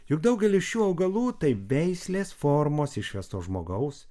juk daugelis šių augalų taip veislės formos išvestos žmogaus